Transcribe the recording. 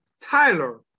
Tyler